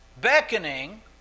beckoning